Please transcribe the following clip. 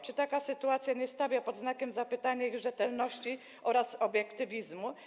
Czy taka sytuacja nie stawia pod znakiem zapytania ich rzetelności oraz obiektywizmu?